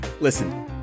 Listen